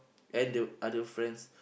and the other friends